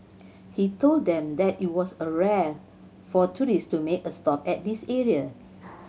he told them that it was a rare for tourists to make a stop at this area